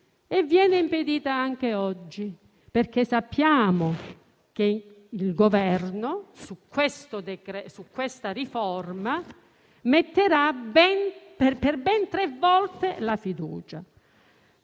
e viene impedita anche oggi, perché sappiamo che il Governo su questa riforma porrà per ben tre volte la fiducia.